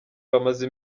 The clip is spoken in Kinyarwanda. bamaze